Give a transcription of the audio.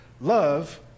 love